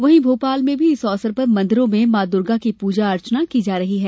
वहीं मोपाल में भी इस अवसर पर मंदिरों में मां दुर्गा की पूजा अर्चना की जा रही है